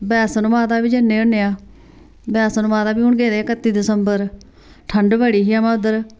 वैष्णो माता बी जन्ने होने आं वैष्णो माता बी हून गेदे हे कत्ती दिसम्बर ठंड बड़ी ही अमां उद्धर